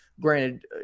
granted